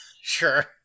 sure